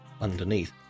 underneath